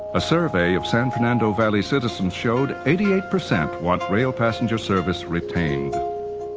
a survey of san fernando valley citizens showed eighty eight percent want rail passenger service retained.